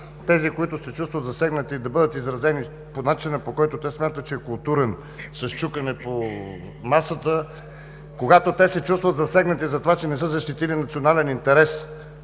тези, които се чувстват засегнати, да бъдат изразени по начина, по който те смятат, че е културен – с чукане по масата. Когато те се чувстват засегнати за това, че не са защитили национален интерес,